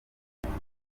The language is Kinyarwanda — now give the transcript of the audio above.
ntago